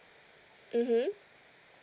mmhmm